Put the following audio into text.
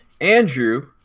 Andrew